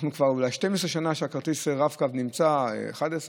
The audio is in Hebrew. כרטיס הרב-קו נמצא אולי כבר 12 שנה,